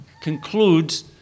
concludes